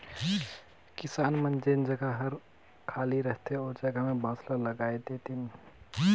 किसान मन जेन जघा हर खाली रहथे ओ जघा में बांस ल लगाय देतिन